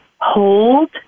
hold